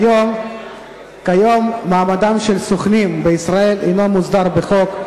כיום מעמדם של סוכנים בישראל אינו מוסדר בחוק,